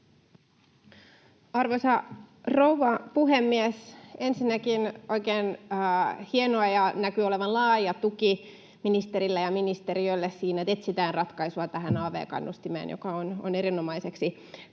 Arvoisa rouva puhemies! Ensinnäkin on oikein hienoa ja näkyy olevan laaja tuki ministerillä ja ministeriöllä siinä, että etsitään ratkaisua tähän AV-kannustimeen, joka on erinomaiseksi todettu